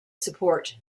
support